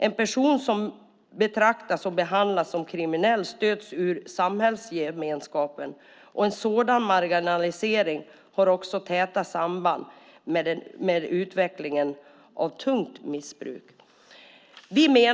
En person som betraktas och behandlas som kriminell stöts ut ur samhällsgemenskapen, och en sådan marginalisering har också täta samband med utvecklingen av tungt missbruk."